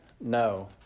no